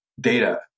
data